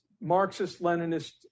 Marxist-Leninist